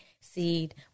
seed